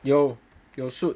有有 shoot